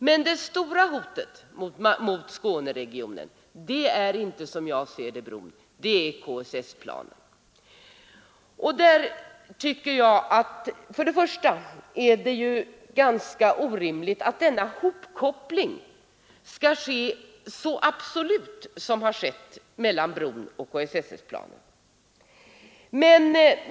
Men det stora hotet mot Skåneregionen är inte bron, utan det är SSK-planen. Först och främst är det orimligt med den hopkoppling som har gjorts mellan bron och SSK-planen.